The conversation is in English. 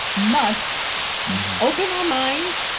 must open our minds,